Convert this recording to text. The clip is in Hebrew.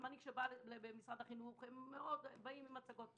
גם כשאני באה למשרד החינוך הם פעמים רבות באים עם מצגות.